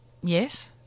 Yes